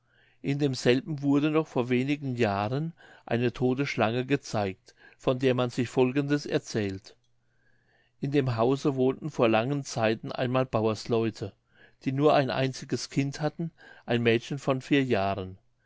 in demselben wurde noch vor wenigen jahren eine todte schlange gezeigt von der man sich folgendes erzählt in dem hause wohnten vor langen zeiten einmal bauersleute die nur ein einziges kind hatten ein mädchen von vier jahren